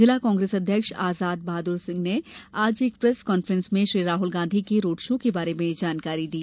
जिला कांग्रेस अध्यक्ष आजाद बहादुर सिंह ने आज एक प्रेस कांफ्रेंस में राहल के रोड शो के बारे में जानकारी दी